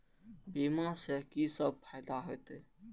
बीमा से की सब फायदा होते?